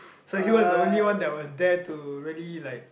so he was the only one that was there to really like